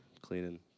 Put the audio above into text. cleaning